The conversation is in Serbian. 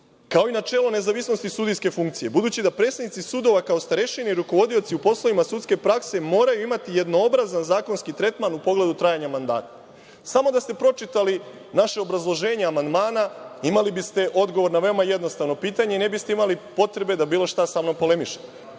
kao i načelo nezavisnosti sudijske funkcije, budući da predsednici sudova kao starešine i rukovodioci u poslovima sudske prakse moraju imati jednobrazan zakonski tretman u pogledu trajanja mandata. Samo da ste pročitali naše obrazloženje amandmana imali biste odgovor na veoma jednostavno pitanje i ne biste imali potrebe da bilo šta samnom polemišete. Znači,